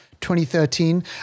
2013